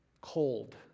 cold